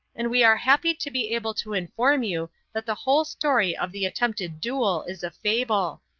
and we are happy to be able to inform you that the whole story of the attempted duel is a fable.